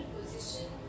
position